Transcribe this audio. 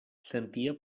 sentia